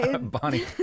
bonnie